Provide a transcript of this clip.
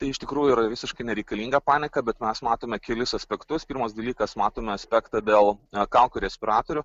tai iš tikrųjų yra visiškai nereikalinga panika bet mes matome kelis aspektus pirmas dalykas matome spektrą dėl kaukių respiratorių